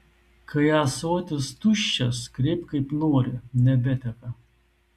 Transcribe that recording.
kai ąsotis tuščias kreipk kaip nori nebeteka